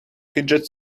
fidget